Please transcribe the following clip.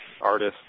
artist